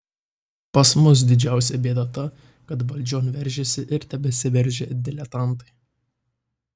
pas mus didžiausia bėda ta kad valdžion veržėsi ir tebesiveržia diletantai